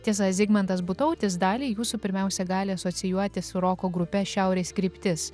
tiesa zigmantas butautis daliai jūsų pirmiausia gali asocijuotis su roko grupe šiaurės kryptis